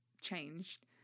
changed